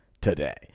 today